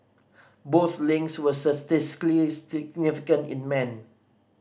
both links were statistically significant in men